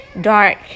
dark